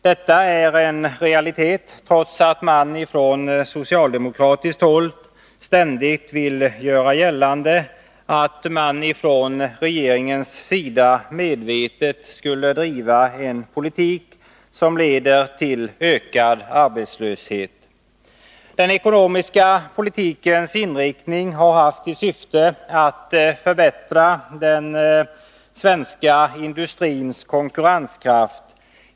Detta är en realitet, trots att man från socialdemokratiskt håll ständigt vill göra gällande att regeringen medvetet skulle driva en politik som leder till ökad arbetslöshet. Den ekonomiska politikens inriktning har haft till syfte att förbättra den svenska industrins konkurrenskraft.